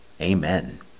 amen